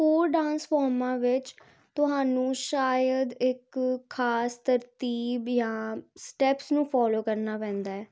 ਹੋਰ ਡਾਂਸ ਫੋਰਮਾਂ ਵਿੱਚ ਤੁਹਾਨੂੰ ਸ਼ਾਇਦ ਇੱਕ ਖਾਸ ਤਰਤੀਬ ਜਾਂ ਸਟੈਪਸ ਨੂੰ ਫੋਲੋ ਕਰਨਾ ਪੈਂਦਾ ਹੈ